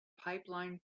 pipeline